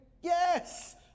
Yes